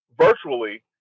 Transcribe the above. virtually